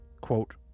quote